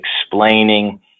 explaining